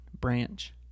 Branch